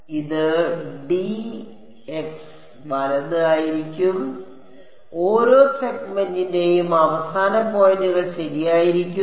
അതിനാൽ ഇത് d x വലത് ആയിരിക്കും ഓരോ സെഗ്മെന്റിന്റെയും അവസാന പോയിന്റുകൾ ശരിയായിരിക്കും